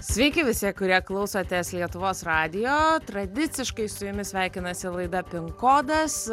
sveiki visi kurie klausotės lietuvos radijo tradiciškai su jumis sveikinasi laida pin kodas